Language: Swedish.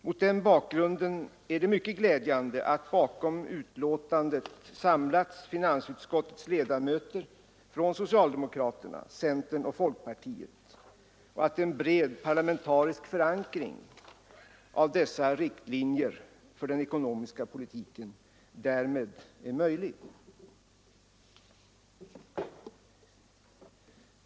Mot den bakgrunden är det mycket glädjande att bakom utlåtandet samlats finansutskottets ledamöter från socialdemokraterna, centern och folkpartiet och att en bred parlamentarisk förankring av dessa riktlinjer för den ekonomiska politiken därmed är möjlig.